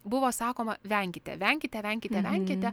buvo sakoma venkite venkite venkite venkite